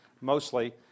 mostly